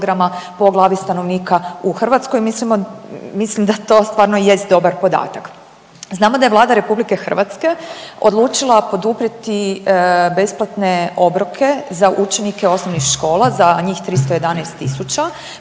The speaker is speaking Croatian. po glavi stanovnika u Hrvatskoj, mislimo, mislim da to stvarno jest dobar podatak. Znamo da je Vlada RH odlučila poduprijeti besplatne obroke za učenike osnovnih škola, za njih 311 tisuća,